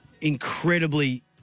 incredibly